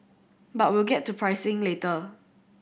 but we'll get to pricing later